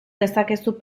dezakezu